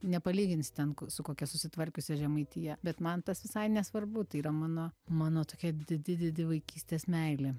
nepalyginsi ten su kokia susitvarkiusia žemaitija bet man tas visai nesvarbu tai yra mano mano tokia didi didi vaikystės meilė